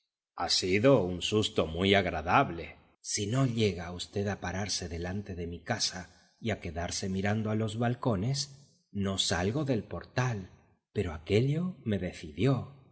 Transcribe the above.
ha sido un susto muy agradable si no llega v a pararse delante de mi casa y a quedarse mirando a los balcones no salgo del portal pero aquello me decidió